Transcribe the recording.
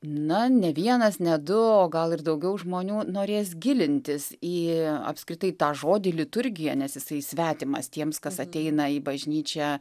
na ne vienas ne du o gal ir daugiau žmonių norės gilintis į apskritai tą žodį liturgija nes jisai svetimas tiems kas ateina į bažnyčią